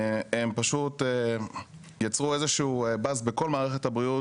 הם יצרו איזשהו באז בכל מערכת הבריאות